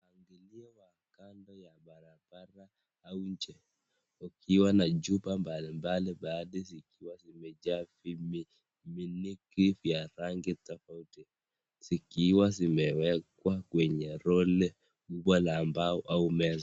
Mpangilio wa kando ya barabara au nje ukiwa na chupa mbalimbali baadhi zikiwa zimejaa vimiminiki vya rangi tofauti zikiwa zimewekwa kwenye roli kubwa la mbao au meza.